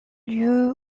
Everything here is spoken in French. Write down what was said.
lieu